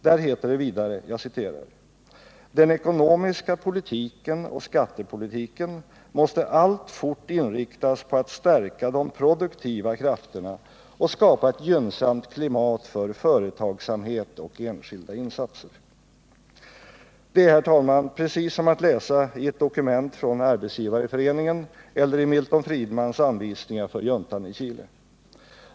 Där heter det vidare: ”Den ekonomiska politiken och skattepolitiken måste alltfort inriktas på att stärka de produktiva krafterna och skapa ett gynnsamt klimat för företagsamhet och enskilda insatser.” Det är, herr talman, precis som att läsa i ett dokument från Arbetsgivareföreningen eller i Milton Friedmans anvisningar för juntan i Chile.